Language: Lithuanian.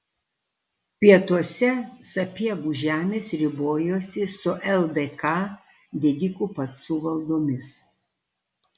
pietuose sapiegų žemės ribojosi su ldk didikų pacų valdomis